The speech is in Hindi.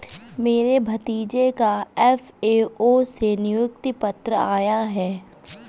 मेरे भतीजे का एफ.ए.ओ से नियुक्ति पत्र आया है